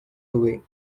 away